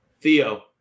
Theo